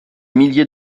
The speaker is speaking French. milliers